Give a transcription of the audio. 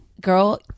Girl